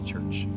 church